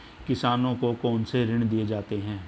किसानों को कौन से ऋण दिए जाते हैं?